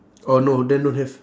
oh no then don't have